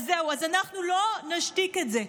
זהו, אז אנחנו לא נשתיק את זה.